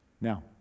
Now